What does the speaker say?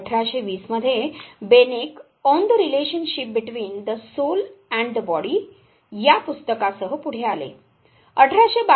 1820 मध्ये Beneke 'on the relationship between the soul and the body' या पुस्तकासह पुढे आले